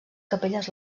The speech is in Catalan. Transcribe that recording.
capelles